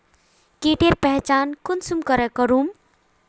कीटेर पहचान कुंसम करे करूम?